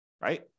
right